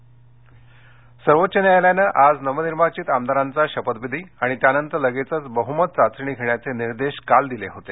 न्यायालय सर्वोच्च न्यायालयानं आज नवनिर्वांचित आमदारांचा शपथविधी आणि त्यानंतर लगेचच बहुमत चाचणी धेण्याचे निर्देश काल दिले होते